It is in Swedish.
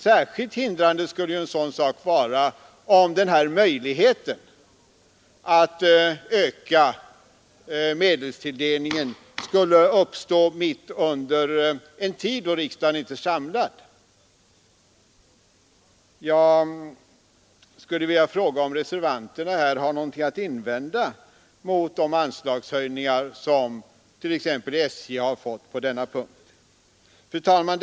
Särskilt hindrande skulle ett sådant förfarande vara om den här möjligheten att öka medelstilldelningen skulle uppstå under en tid då riksdagen inte är samlad. Jag skulle vilja fråga om reservanterna har någonting att invända mot de anslagshöjningar som t.ex. SJ har fått på denna punkt. Fru talman!